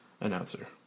Announcer